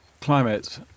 climate